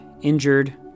injured